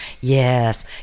Yes